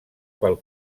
pel